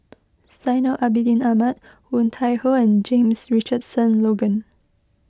Zainal Abidin Ahmad Woon Tai Ho and James Richardson Logan